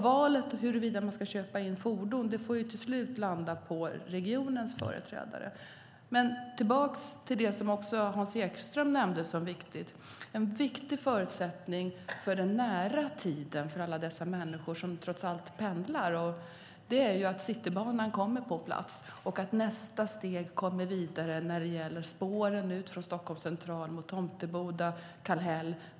Valet att köpa fordon eller inte landar ytterst på regionens företrädare. Låt mig gå tillbaka till något som också Hans Ekström nämnde som viktigt. En viktig förutsättning för alla de människor som pendlar är ju att Citybanan kommer på plats och att nästa steg tas - det gäller spåren ut från Stockholms central mot Tomteboda och Kallhäll.